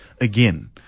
again